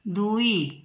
ଦୁଇ